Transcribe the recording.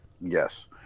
Yes